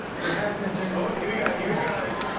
what's happening, jimmy? oh, here we go. here he goes.